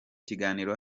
kiganiro